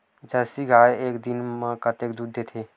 Jersey गाय ह एक दिन म कतेकन दूध देथे?